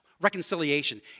Reconciliation